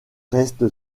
reste